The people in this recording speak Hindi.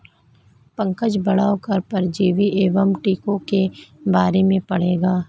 पंकज बड़ा होकर परजीवी एवं टीकों के बारे में पढ़ेगा